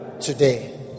today